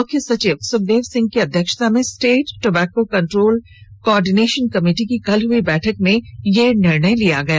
मुख्य सचिव सुखदेव सिंह की अध्यक्षता में state tobacco control coordination committee की कल हई बैठक में ये निर्णय लिये गए